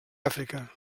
àfrica